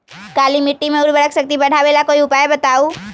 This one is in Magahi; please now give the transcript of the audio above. काली मिट्टी में उर्वरक शक्ति बढ़ावे ला कोई उपाय बताउ?